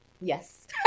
Yes